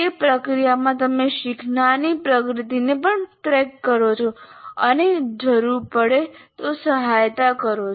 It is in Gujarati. તે પ્રક્રિયામાં તમે શીખનારની પ્રગતિને પણ ટ્રેક કરો અને જરૂર પડે તો સહાયતા કરો